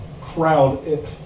crowd